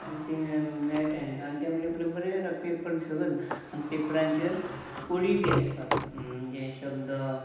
आनी तीं मेळटा आनी ते मागीर बरें पेपर सगलेत आनी पेपरांचेर कोडी बी आसतात म्हणजे शब्द